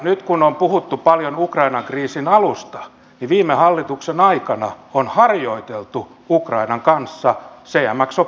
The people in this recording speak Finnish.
nyt kun on puhuttu paljon ukrainan kriisin alusta niin viime hallituksen aikana on harjoiteltu ukrainan kanssa cmx operaatiossa